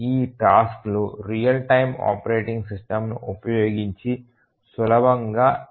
ఈ టాస్క్లు real time operating సిస్టమ్ను ఉపయోగించి సులభంగా చేయబడతాయి